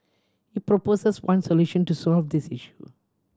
he proposes one solution to solve this issue